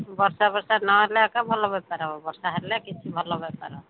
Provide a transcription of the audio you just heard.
ବର୍ଷା ଫର୍ଷା ନହେଲେ ଏକା ଭଲ ବେପାର ହେବ ବର୍ଷା ହେଲେ କିଛି ଭଲ ବେପାର ହେବନି